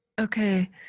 Okay